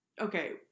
okay